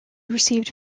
received